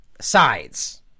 sides